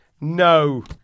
No